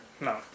No